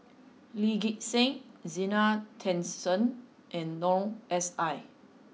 Lee Gek Seng Zena Tessensohn and Noor S I